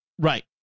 Right